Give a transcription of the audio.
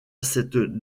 cette